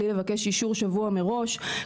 בלי לבקש אישור שבוע מראש,